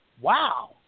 wow